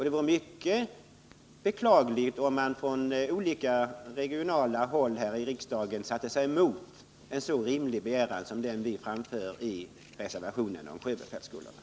Det vore mycket olyckligt om man här i riksdagen från regionala utgångspunkter skulle sätta sig emot en så rimlig begäran som den som vi framför i reservationen om sjöbefälsskolorna.